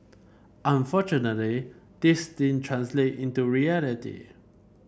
unfortunately this didn't translate into reality